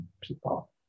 people